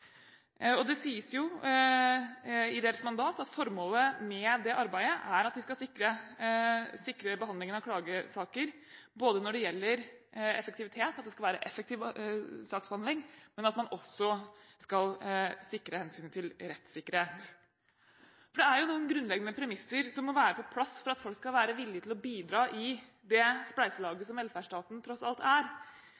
Det sies i deres mandat at formålet med arbeidet er at det skal sikre behandlingen av klagesaker når det gjelder effektivitet – at det skal være effektiv saksbehandling – og at man også skal sikre hensynet til rettssikkerhet. Det er noen grunnleggende premisser som må være på plass for at folk skal være villige til å bidra i det spleiselaget